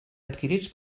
adquirits